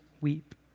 weep